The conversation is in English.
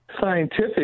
scientific